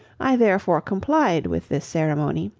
i therefore complied with this ceremony,